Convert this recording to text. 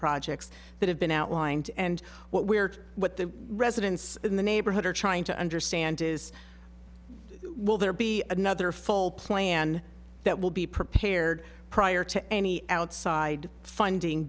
projects that have been outlined and what we're what the residents in the neighborhood are trying to understand is will there be another full plan that will be prepared prior to any outside funding